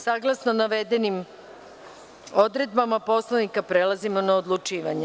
Saglasno navedenim odredbama Poslovnika, prelazimo na odlučivanje.